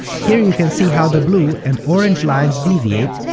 here you can see how the blue and orange lines deviate,